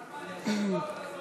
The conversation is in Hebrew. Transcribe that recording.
נחמן, יישר כוח על הדברים.